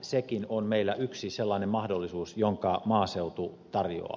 sekin on meillä yksi sellainen mahdollisuus jonka maaseutu tarjoaa